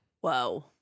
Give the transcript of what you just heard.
Whoa